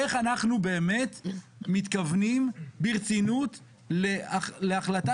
איך אנחנו באמת מתייחסים ברצינות להחלטה